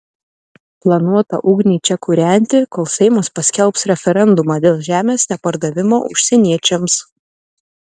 planuota ugnį čia kūrenti kol seimas paskelbs referendumą dėl žemės nepardavimo užsieniečiams